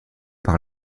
par